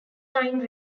nine